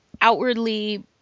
outwardly